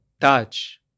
touch